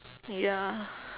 ya